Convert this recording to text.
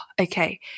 okay